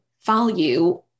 value